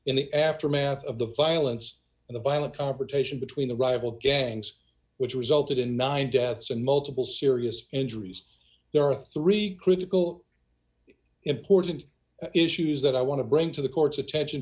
in the aftermath of the violence the violent confrontation between the rival gangs which resulted in nine deaths and multiple serious injuries there are three critical important issues that i want to bring to the court's attention